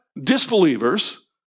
disbelievers